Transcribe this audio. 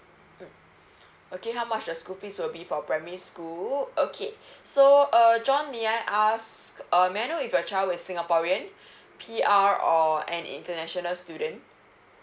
okay how much the school fees will be for primary school okay so uh J O H N may I ask uh may I know if your child is singaporean P_R or an international student